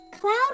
cloud